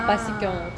ah